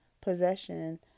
possession